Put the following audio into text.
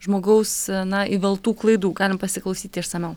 žmogaus na įveltų klaidų galim pasiklausyti išsamiau